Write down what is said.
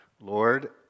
Lord